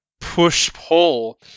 push-pull